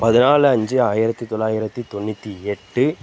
பதினாலு அஞ்சு ஆயிரத்தி தொள்ளாயிரத்தி தொண்ணூற்றி எட்டு